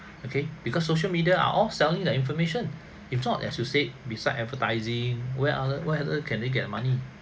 okay because social media are all selling the information if not as you said beside advertising where are they where are they can they get a money